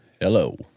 Hello